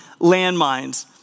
landmines